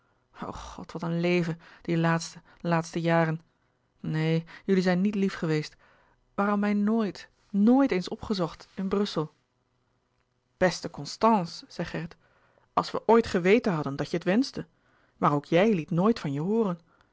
god wat een leven die laatste laatste jaren neen jullie zijn niet lief geweest waarom mij nooit noit eens opgezocht in brussel beste constance zei gerrit als wij ooit geweten hadden dat je het wenschte maar ook jij liet nooit van je hooren